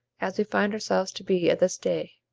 as we find ourselves to be at this day,